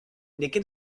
nicking